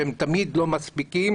שהן תמיד לא מספיקות,